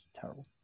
terrible